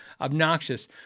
obnoxious